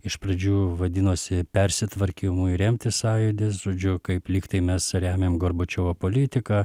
iš pradžių vadinosi persitvarkymui remti sąjūdis žodžiu kaip lyg tai mes remiam gorbačiovo politiką